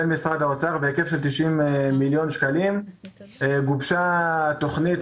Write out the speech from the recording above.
6 מיליון שקלים כספים